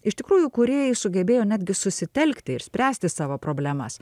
iš tikrųjų kūrėjai sugebėjo netgi susitelkti ir spręsti savo problemas